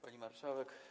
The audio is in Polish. Pani Marszałek!